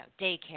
daycare